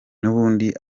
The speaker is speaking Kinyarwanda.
n’ubundi